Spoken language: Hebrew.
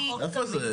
איפה זה?